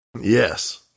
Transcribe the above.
Yes